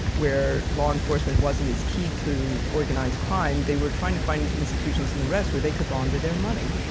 where law enforcement wasn't as keen to organize crime. they were trying to find institutions in the rest where they could launder their money.